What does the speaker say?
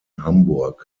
hamburg